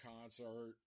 concert